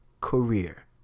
career